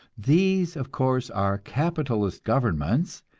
these, of course, are capitalist governments,